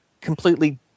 completely